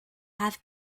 have